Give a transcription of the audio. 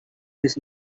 his